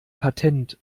patent